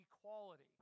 equality